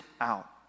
out